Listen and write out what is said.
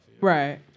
right